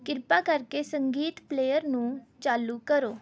ਕਿਰਪਾ ਕਰਕੇ ਸੰਗੀਤ ਪਲੇਅ ਨੂੰ ਚਾਲੂ ਕਰੋ